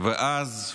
ואז,